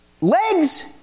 Legs